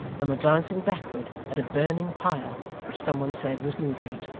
and were glancing backward at a burning pile which some one said was newgate